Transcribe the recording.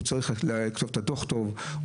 הוא צריך לכתוב את הדוח טוב,